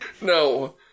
no